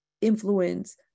influence